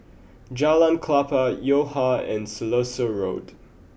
Jalan Klapa Yo Ha and Siloso Road